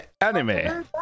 anime